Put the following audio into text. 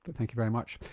thank you very much.